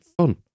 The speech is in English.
fun